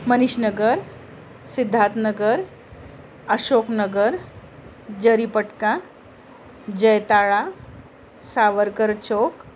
Manishnagar Siddharthnagar Ashoknagar Jaripatka Jaitala Savarkar Chowk